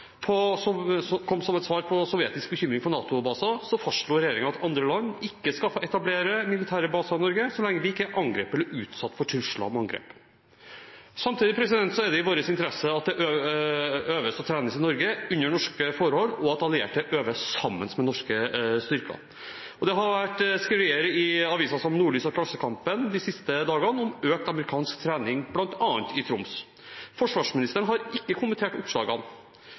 erklæringen, som kom som et svar på sovjetisk bekymring for NATO-baser, fastslo regjeringen at andre land ikke skal få etablere militære baser i Norge så lenge de ikke er angrepet eller utsatt for trusler om angrep. Samtidig er det i vår interesse at det øves og trenes i Norge under norske forhold, og at allierte øver sammen med norske styrker. Det har vært skriverier i aviser som Nordlys og Klassekampen de siste dagene om økt amerikansk trening bl.a. i Troms. Forsvarsministeren har ikke kommentert oppslagene.